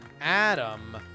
Adam